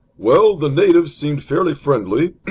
well, the natives seemed fairly friendly,